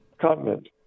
continent